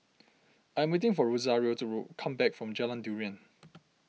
I'm waiting for Rosario to come back from Jalan Durian